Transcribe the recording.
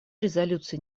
резолюций